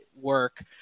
work